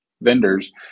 vendors